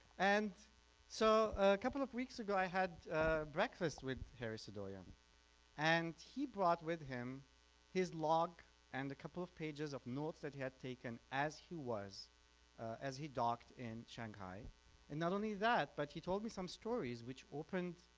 and so a couple of weeks ago i had breakfast with harry sadoian and he brought with him his log and couple of pages of notes that he had taken as he was as he docked in shanghai and not only that but he told me some stories which opened